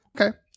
Okay